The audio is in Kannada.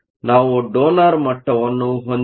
ನಾವು ಡೋನರ್ ಮಟ್ಟವನ್ನು ಹೊಂದಿದ್ದೇವೆ